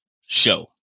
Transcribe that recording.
show